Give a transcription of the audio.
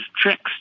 tricks